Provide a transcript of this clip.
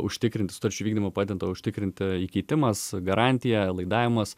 užtikrinti sutarčių vykdymą padeda užtikrinti įkeitimas garantija laidavimas